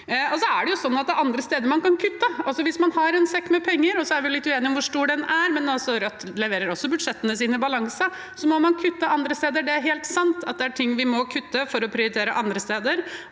er det andre steder man kan kutte. Hvis man har en sekk med penger – vi er litt uenige om hvor stor den er, men Rødt leverer også budsjettene sine i balanse – må man kutte andre steder. Det er helt sant at det er ting vi må kutte for å prioritere andre steder.